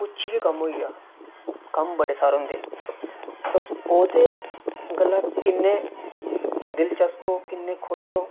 कुछ बी कम्म होई जा कम्म बड़े सारे होंदे तुस ओह्दे गल्ला किन्नै दिलचस्प ओ किन्नै खुश ओ